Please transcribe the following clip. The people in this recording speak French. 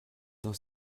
dans